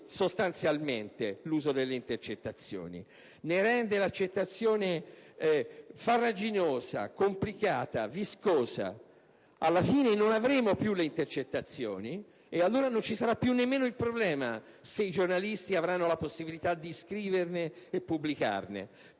sostanzialmente l'uso delle intercettazioni, ne rende l'accettazione farraginosa, complicata, viscosa. Alla fine non avremo più le intercettazioni e allora non ci sarà più nemmeno il problema se i giornalisti avranno la possibilità di scriverne e pubblicarne,